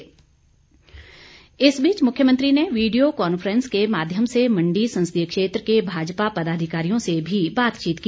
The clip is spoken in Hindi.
भाजपा इस बीच मुख्यमंत्री ने वीडियो कॉन्फ्रेंस के माध्यम से मण्डी संसदीय क्षेत्र के भाजपा पदाधिकारियों से भी बातचीत की